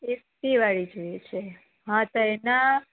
એસી વાળી જોઈએ છે હા તો એના